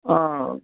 ആ